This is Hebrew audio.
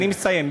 אני מסיים.